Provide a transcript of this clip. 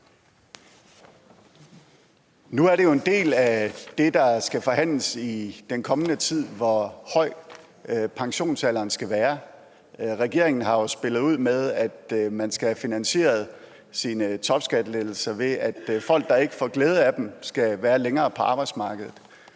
Nu er en del af det, der skal forhandles i den kommende tid, hvor høj pensionsalderen skal være. Regeringen har jo spillet ud med, at man skal have finansieret sine topskattelettelser, ved at folk, der ikke får glæde af dem, skal være længere på arbejdsmarkedet.